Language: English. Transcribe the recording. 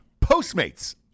Postmates